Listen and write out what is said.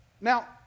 Now